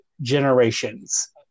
Generations